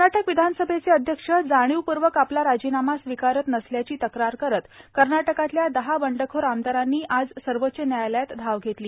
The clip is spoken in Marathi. कर्नाटक विधानसभेचे अध्यक्ष जाणीवपूर्वक आपला राजीनामा स्वीकारत नसल्याची तक्रार करत कर्नाटकातल्या दहा बंडखोर आमदारांनी आज सर्वोच्च न्यायालयात धाव घेतली